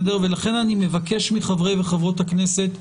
לכן אני מבקש מחברי וחברות הכנסת,